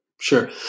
Sure